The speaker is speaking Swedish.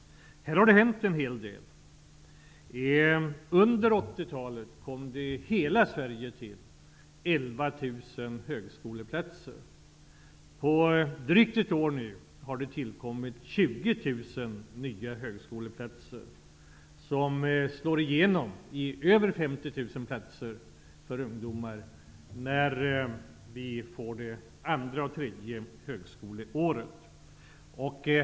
Här har det hänt en hel del. Under 80-talet kom det till 11 000 högskoleplatser i hela Sverige. På drygt ett år har det nu tillkommit 20 000 nya högskoleplatser. Det kommer att innebära över 50 000 platser för ungdomar när vi får det andra och tredje högskoleåret.